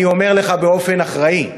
אני אומר לך באופן אחראי,